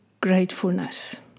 gratefulness